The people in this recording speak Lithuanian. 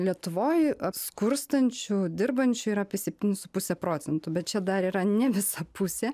lietuvoj skurstančių dirbančių yra apie septynis su puse procentų bet čia dar yra ne visa pusė